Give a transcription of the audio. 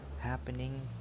happening